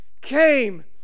came